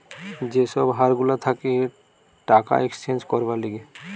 যে সব হার গুলা থাকে টাকা এক্সচেঞ্জ করবার লিগে